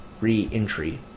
re-entry